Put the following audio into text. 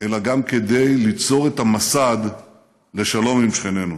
אלא גם כדי ליצור את המסד לשלום עם שכנינו.